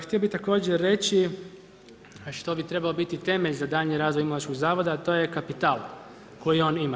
Htio bih također reći što bi trebao biti temelj za daljnji razvoj Imunološkog zavoda, a to je kapital koji on ima.